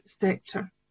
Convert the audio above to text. sector